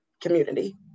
community